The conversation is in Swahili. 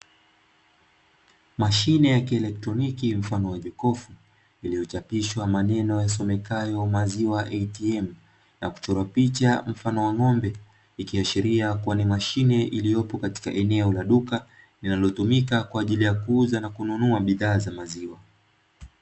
Mashine ya kielektroniki mfano wa jokofu liliochapishwa maneno yasomekayo "maziwa ATM". Na kuchorwa picha mfano wa ng’ombe, ikiashiria kuwa ni mashine iliyopo katika eneo la duka linalotumika kwa ajili ya kuuza na kununua bidhaa za maziwa.